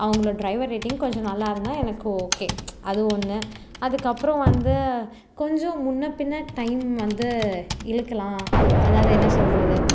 அவர்களோட driver rating கொஞ்சம் நல்லா இருந்தால் எனக்கு ஓகே அது ஒன்று அதுக்கப்புறம் வந்து கொஞ்சம் முன்னே பின்னே டைம் வந்து இழுக்கலாம் அதாவது என்ன சொல்வது